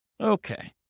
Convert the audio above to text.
Okay